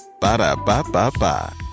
Ba-da-ba-ba-ba